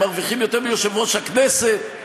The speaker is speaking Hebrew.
הם מרוויחים יותר מיושב-ראש הכנסת,